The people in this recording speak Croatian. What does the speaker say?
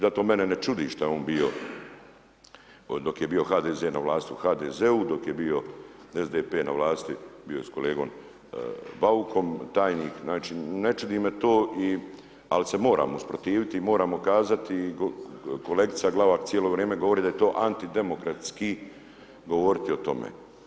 Zato mene ne čudi šta je bio, dok je bio HDZ na vlasti u HDZ-u, dok je bio SDP na vlasti, bio je sa kolegom Baukom tajnik, znači ne ludi me to ali se moramo usprotiviti i moramo kazati, kolegica Glavak cijelo vrijeme govori da je to antidemokratski govoriti o tome.